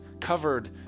covered